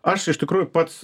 aš iš tikrųjų pats